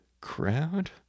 crowd